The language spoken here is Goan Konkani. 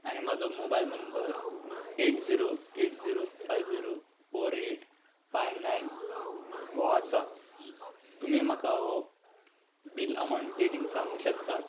आनी म्हाजो mobile number eight zero eight zero five zero four eight five nine हो आसा तुमी म्हाका हो बील अमावंट बेगीन सांगूंक शकता